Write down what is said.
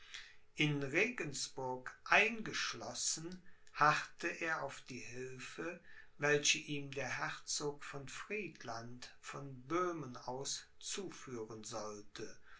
in regensburg eingeschlossen harrte er auf die hilfe welche ihm der herzog von friedland von böhmen aus zuführen sollte